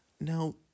now